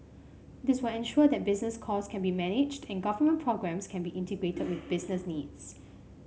this will ensure that business costs can be managed and government programmes can be integrated with business needs